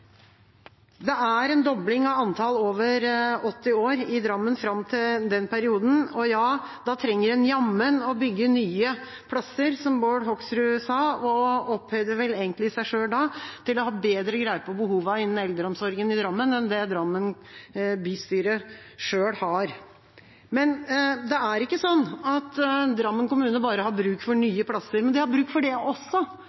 Det er en dobling av antall personer over 80 år i Drammen i den perioden, og da trenger en jammen å bygge nye plasser, som Bård Hoksrud sa – og egentlig opphøyde seg selv til å ha bedre greie på behovene innen eldreomsorgen i Drammen enn det Drammen bystyre har selv. Det er ikke sånn at Drammen kommune bare har bruk for